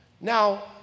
Now